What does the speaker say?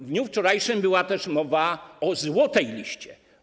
W dniu wczorajszym była też mowa o złotej liście.